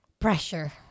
pressure